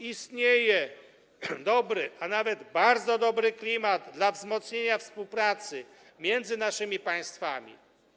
Istnieje dobry, a nawet bardzo dobry klimat dla wzmocnienia współpracy między naszymi państwami.